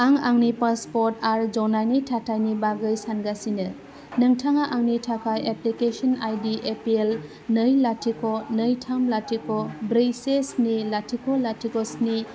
आं आंनि पासपर्ट आरो ज'नायनि थाथायनि बागै सानगासिनो नोंथाङा आंनि थाखाय एप्लिकेसन आइडि एपिएल नै लाथिख' नै थाम लाथिख' ब्रै से स्नि लाथिख' लाथिख' स्नि